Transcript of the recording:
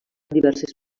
diverses